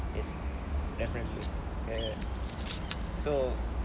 yes definitely err so